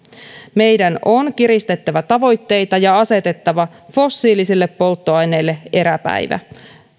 meidän on kiristettävä tavoitteita ja asetettava fossiilisille polttoaineille eräpäivä